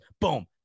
Boom